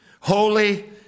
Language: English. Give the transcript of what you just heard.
Holy